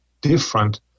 different